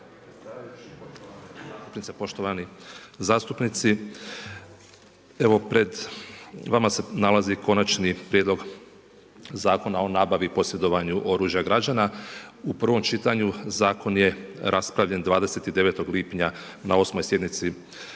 poštovani zastupnici. Evo pred vama se nalazi Konačni prijedlog zakona o nabavi i posjedovanju oružja građana. U prvom čitanju zakon je raspravljan 29. lipnja na 8. sjednici